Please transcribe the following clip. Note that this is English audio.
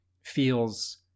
feels